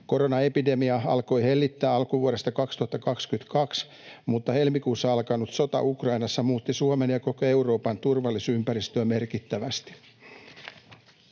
Koronaepidemia alkoi hellittää alkuvuodesta 2022, mutta helmikuussa alkanut sota Ukrainassa muutti Suomen ja koko Euroopan turvallisuusympäristöä merkittävästi.